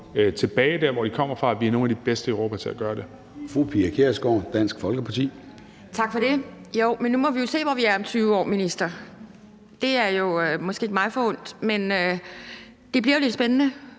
tilbage til der, hvor de kommer fra. Vi er nogle af de bedste i Europa til at gøre det.